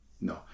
no